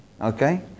Okay